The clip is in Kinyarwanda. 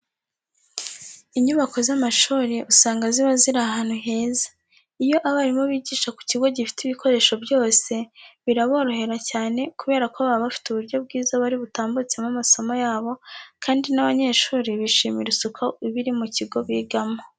Inyubako z'amashuri usanga ziba ziri ahantu heza. Iyo abarimu bigisha ku kigo gifite ibikoresho byose, biraborohera cyane kubera ko baba bafite uburyo bwiza bari butambutsemo amasomo yabo kandi n'abanyeshuri bishimira isuku iba iri mu kigo bigamo.